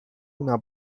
una